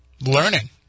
learning